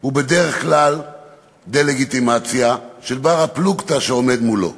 הוא בדרך כלל דה-לגיטימציה של בר-הפלוגתא שעומד מולו.